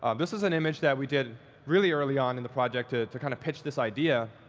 um this is an image that we did really early on in the project to to kind of pitch this idea,